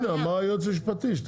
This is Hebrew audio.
רגע, אמר היועץ המשפטי.